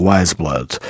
Wiseblood